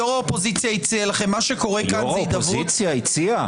יו"ר האופוזיציה הציע לכם.